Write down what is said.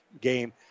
game